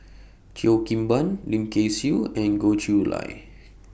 Cheo Kim Ban Lim Kay Siu and Goh Chiew Lye